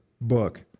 book